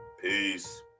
Peace